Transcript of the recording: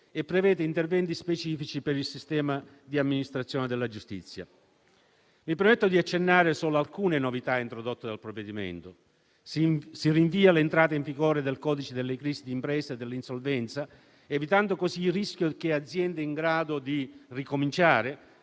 e prevede interventi specifici per il sistema di amministrazione della giustizia. Mi permetto dunque di accennare solo ad alcune novità introdotte dal provvedimento. Si rinvia l'entrata in vigore del codice della crisi d'impresa e dell'insolvenza, evitando così il rischio che aziende in grado di ricominciare